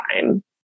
time